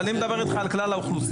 אבל אני מדבר איתך על כלל האוכלוסייה.